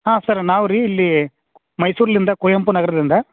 ಹಾಂ ಸರ್ ನಾವು ರೀ ಇಲ್ಲಿ ಮೈಸೂರಿಂದ ಕುವೆಂಪು ನಗರದಿಂದ